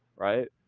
right.